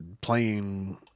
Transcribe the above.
playing